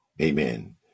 Amen